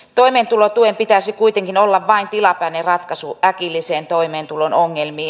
toimeentulotuen pitäisi kuitenkin olla vain tilapäinen ratkaisu äkillisiin toimeentulon ongelmiin